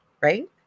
right